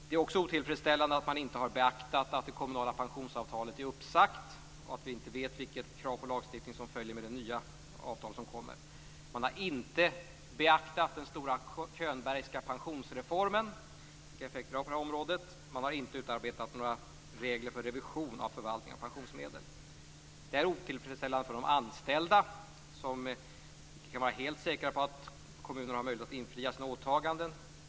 Det är också otillfredsställande att man inte har beaktat att det kommunala pensionsavtalet är uppsagt och att vi inte vet vilket krav på lagstiftning som följer av det nya avtal som kommer. Man har inte beaktat vilka effekter den stora Könbergska pensionsreformen får på det här området, och man har inte utarbetat några regler för revision av förvaltningen av pensionsmedel. Det är otillfredsställande för de anställda, som inte kan vara helt säkra på att kommunerna har möjlighet att infria sina åtaganden.